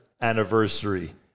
anniversary